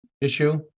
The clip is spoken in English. issue